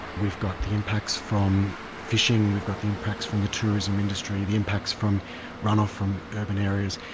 we've got the impacts from fishing, we've got the impacts from the tourism industry, the impacts from runoff from urban areas.